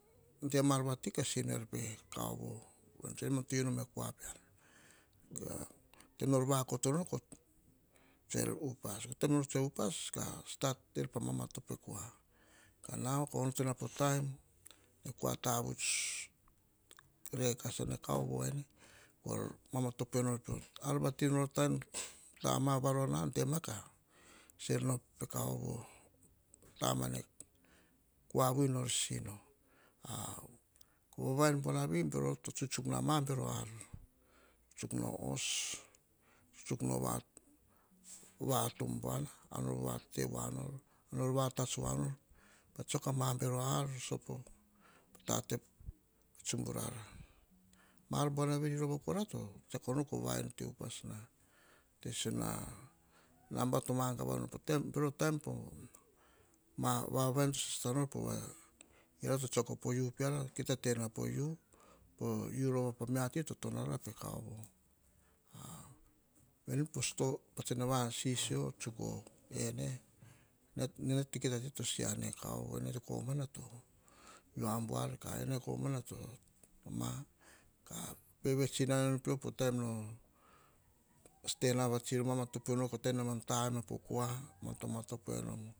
Dema ar vati, kah sinoer pe kaovo emam to ti nom e kua pean. taim nor vakoto nor kor tsoer upas. Te nor tsoe upas, ka stat ter pamama to pekua. Kanao potuna po taim, e kua tavuts rekasa ne kao voeni kor mamatopo pior. Ar vati nor taim dama varona en dema ka ser nor pekaovo, tama kua vui nor sino. va vaien buanavi bero to tsutsuk na mam bero ar tsuk no os, tsutsuk no va ar-va ar tombuana, ar nor buar te voa nor, nor vo ar tasua nor, ta tso kama bero ar, sopo patate pe tsumbu rara. Ma-ar buar veri rova kora to tsiako nor kovae-en te upas na. Tes ena nambana to man gavano po tem, toro tem po ma vavens oro poe vero tsotsok po u peara kita ena po u, po u ro po meati a toto nora pe kaovo. ven pos to patsan a vasisio tsuko ene, ne-nene ki-kita to siar ne kaovo nare pomana to am buar, ka en a komana to ama ka vevets tsinar peo po taim nor stena ba stri mama to pior koteno mam ta no po koa motomoto penom.